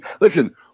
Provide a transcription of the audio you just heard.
Listen